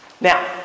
Now